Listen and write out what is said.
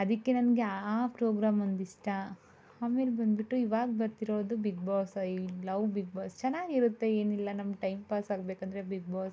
ಅದಕ್ಕೆ ನನಗೆ ಆ ಪ್ರೋಗ್ರಾಮ್ ಒಂದು ಇಷ್ಟ ಆಮೇಲೆ ಬಂದುಬಿಟ್ಟು ಇವಾಗ ಬರ್ತಿರೋದು ಬಿಗ್ಬಾಸ್ ಐ ಲವ್ ಬಿಗ್ ಬಾಸ್ ಚೆನ್ನಾಗಿರುತ್ತೆ ಏನಿಲ್ಲ ನಮ್ಗೆ ಟೈಮ್ಪಾಸ್ ಆಗಬೇಕಂದ್ರೆ ಬಿಗ್ಬಾಸ್